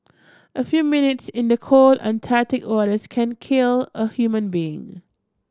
a few minutes in the cold Antarctic waters can kill a human being